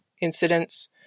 incidents